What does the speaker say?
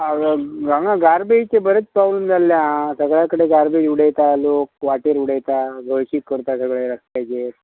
आं हांगा गार्बेजचें बरेंच प्रोब्लम जाल्लें आहा सगळ्या कडे गार्बेज उडयता लोक वाटेर उडयता हळशीक करता सगळे रस्त्याचेर